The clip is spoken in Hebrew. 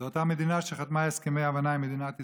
זו אותה מדינה שחתמה על הסכמי אמנה עם מדינת ישראל,